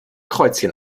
kreuzchen